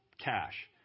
cash